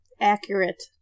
accurate